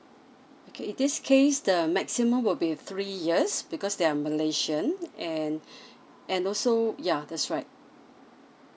okay in this case the maximum will be three years because they're malaysian and and also yeah that's right